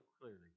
clearly